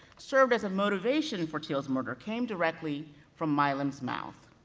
serve as a motivation for till's murder, came directly from milam's mouth.